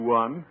one